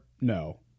no